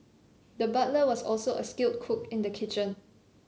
the butcher was also a skilled cook in the kitchen